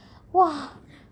!wah!